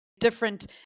Different